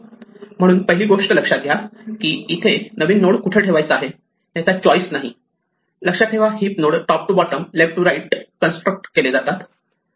म्हणून पहिली गोष्ट लक्षात घ्या की इथे नवीन नोड कुठे ठेवायचा आहे याचा चॉइस नाही लक्षात ठेवा heap node top to bottom left to right top to bottom left to right construct केले जातात